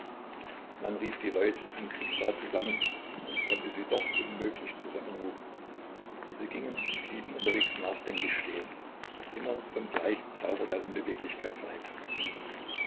man rief die leute zum kriegsrat zusammen und konnte sie doch unmöglich zusammenrufen sie gingen und blieben unterwegs nachdenklich stehen immer vom gleichen zauber der unbeweglichkeit verhext